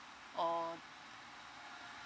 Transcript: or